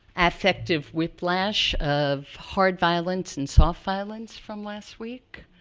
affective whiplash of hard violence and soft violence from last week.